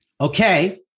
Okay